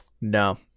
no